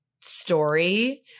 story